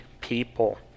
people